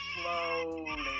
slowly